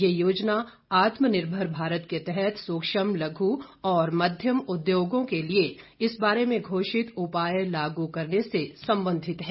यह योजना आत्मनिर्भर भारत के तहत सूक्ष्म लघु और मध्यम उद्योगों के लिए इस बारे में घोषित उपाय लागू करने से संबंधित है